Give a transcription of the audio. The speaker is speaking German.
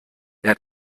der